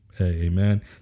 Amen